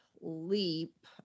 leap